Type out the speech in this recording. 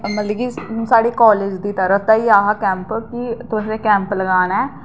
मतलब कि साढ़ी कालज दी तरफ दा गै गेआ हा कैंप कि तुसें गी कैंप लगाना ऐ